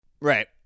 Right